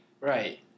Right